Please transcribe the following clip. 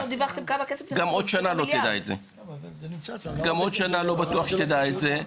למה לא דיווחתם כמה כסף נכנס --- גם עוד שנה לא בטוח שתדע את זה.